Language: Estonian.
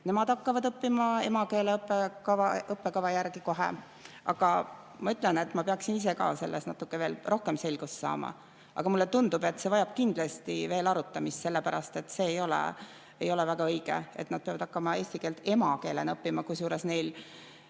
õppima, hakkavad õppima emakeele õppekava järgi kohe. Aga ma ütlen, et ma peaksin ise ka selles natuke rohkem selgust saama. Aga mulle tundub, et see vajab kindlasti veel arutamist, sellepärast et see ei ole väga õige, et nad peavad hakkama eesti keelt emakeelena õppima. Võib-olla